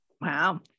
Wow